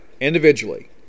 Individually